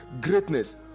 greatness